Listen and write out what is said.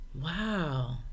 wow